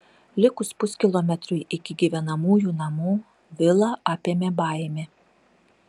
likus puskilometriui iki gyvenamųjų namų vilą apėmė baimė